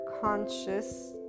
conscious